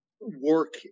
work